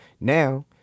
Now